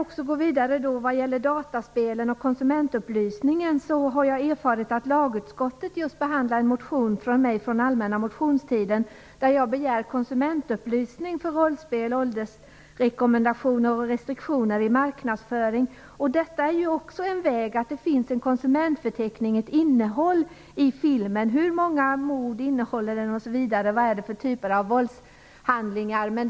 När det gäller dataspelen och konsumentupplysningen har jag erfarit att lagutskottet just behandlar en motion som jag väckt under allmänna motionstiden, där jag begär konsumentupplysning om våldsspel, åldersrekommendationer och restriktioner i marknadsföring. Man bör ha en konsumentupplysning om filmens innehåll - hur många mord den innehåller, vilka typer våldshandlingar osv.